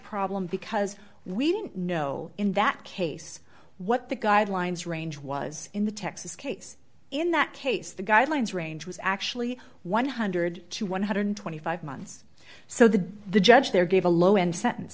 problem because we didn't know in that case what the guidelines range was in the texas case in that case the guidelines range was actually one hundred to one hundred and twenty five months so the the judge there gave a low end sentence